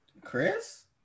Chris